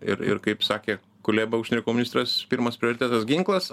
ir ir kaip sakė kuleba užsienio reikalų ministras pirmas prioritetas ginklas